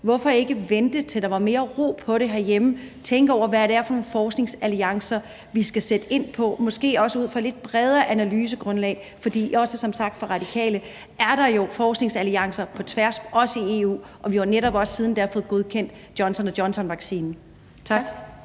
Hvorfor ikke vente, til der var mere ro på herhjemme, og tænke over, hvad det er for nogle forskningsalliancer, vi skal sætte ind på, måske også ud fra et lidt bredere analysegrundlag? For, som der også blev sagt af Radikale, er der jo forskningsalliancer på tværs, også i EU, og vi har jo netop også siden da fået godkendt Johnson & Johnson-vaccinen. Tak.